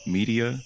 Media